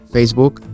Facebook